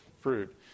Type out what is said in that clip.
fruit